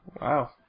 Wow